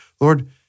Lord